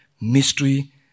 mystery